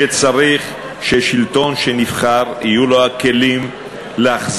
יש בהחלט קשר לכך שצריך ששלטון שנבחר יהיו לו הכלים להחזיק